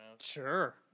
Sure